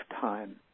time